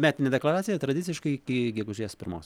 metinė deklaracija tradiciškai iki gegužės pirmos